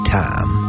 time